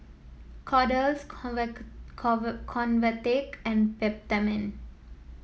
Kordel's Convatec and Peptamen